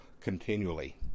continually